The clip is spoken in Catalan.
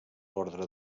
orde